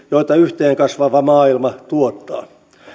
joita yhteen kasvava maailma tuottaa